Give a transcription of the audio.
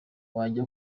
wajya